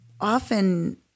often